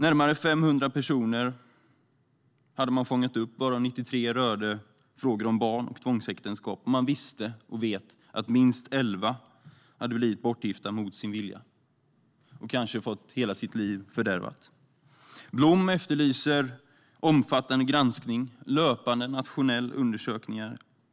Närmare 500 fall hade man fångat upp, varav 93 rörde frågor om barn och tvångsäktenskap. Man visste att minst 11 hade blivit bortgifta mot sin vilja och kanske fått hela livet fördärvat. Blom efterlyser omfattande granskning och löpande nationella undersökningar.